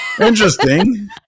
Interesting